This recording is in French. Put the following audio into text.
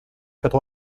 quatre